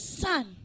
son